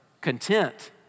Content